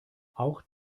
auch